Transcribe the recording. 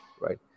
right